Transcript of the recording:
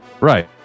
right